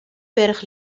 berg